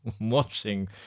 watching